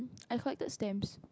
I hoard the stamps